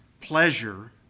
pleasure